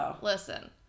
Listen